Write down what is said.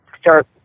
start